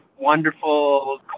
wonderful